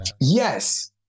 Yes